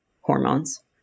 hormones